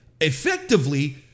effectively